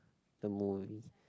the movies